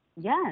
Yes